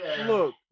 Look